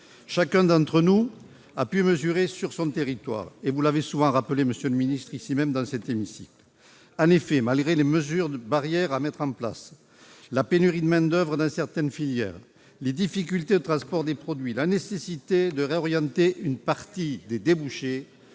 Chacun d'entre nous a pu le mesurer sur son territoire, et vous l'avez souvent rappelé ici même, monsieur le ministre. En effet, malgré les mesures barrières à mettre en place, la pénurie de main-d'oeuvre dans certaines filières, les difficultés de transport des produits, la nécessité de réorienter une partie des débouchés,